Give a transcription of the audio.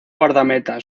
guardameta